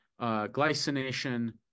glycination